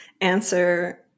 answer